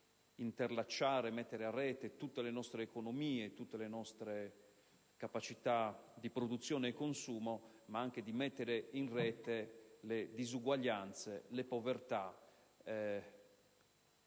di interallacciare e mettere in rete tutte le nostre economie e tutte le nostre capacità di produzione e consumo, ma anche di mettere in rete le disuguaglianze, le povertà